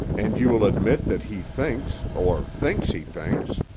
and you will admit that he thinks or thinks he thinks.